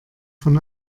von